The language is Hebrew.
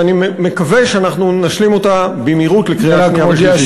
ואני מקווה שאנחנו נשלים אותה במהירות לקריאה שנייה ושלישית.